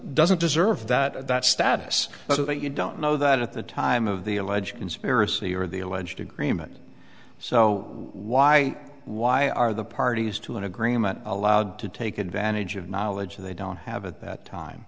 doesn't deserve that status so that you don't know that at the time of the alleged conspiracy or the alleged agreement so why why are the parties to an agreement allowed to take advantage of knowledge they don't have at that time